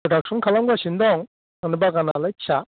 प्रदाकसन खालामगासिनो दं बागानआलाय फिसा